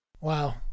wow